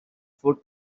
foot